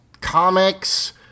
comics